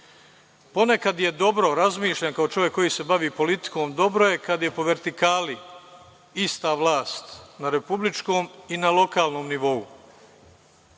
je dobro, razmišljam kao čovek koji se bavi politikom, dobro je kad je po vertikali ista vlast na republičkom i na lokalnom nivou,